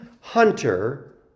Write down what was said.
hunter